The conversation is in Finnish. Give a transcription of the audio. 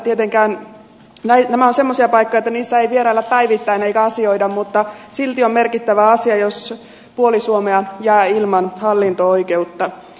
nämä ovat semmoisia paikkoja että niissä ei vierailla päivittäin eikä asioida mutta silti on merkittävä asia jos puoli suomea jää ilman hallinto oikeutta